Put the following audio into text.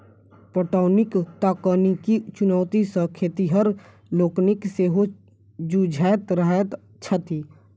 पटौनीक तकनीकी चुनौती सॅ खेतिहर लोकनि सेहो जुझैत रहैत छथि